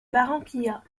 barranquilla